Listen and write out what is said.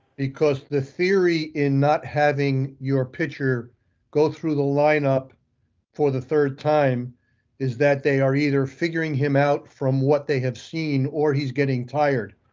because the theory in not having your picture go through the lineup for the third time is that they are either figuring him out from what they have seen, or he's getting tired.